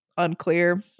unclear